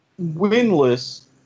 winless